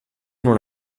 non